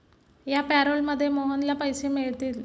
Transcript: या पॅरोलमध्ये मोहनला पैसे मिळतील